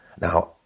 Now